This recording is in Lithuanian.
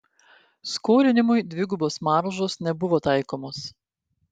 skolinimui dvigubos maržos nebuvo taikomos